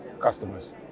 customers